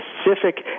specific